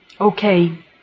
Okay